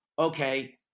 okay